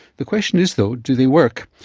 the question is though, do they work?